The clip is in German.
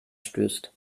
stößt